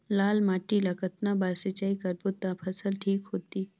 लाल माटी ला कतना बार जुताई करबो ता फसल ठीक होती?